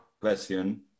question